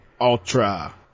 Ultra